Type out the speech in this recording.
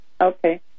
Okay